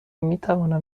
میتوانم